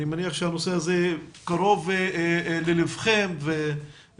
אני מניח שהנושא הזה קרוב ללבכם ולכן